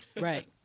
Right